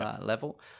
level